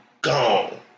gone